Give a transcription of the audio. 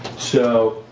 so,